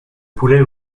poulet